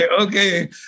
okay